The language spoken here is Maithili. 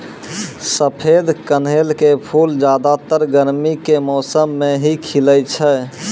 सफेद कनेल के फूल ज्यादातर गर्मी के मौसम मॅ ही खिलै छै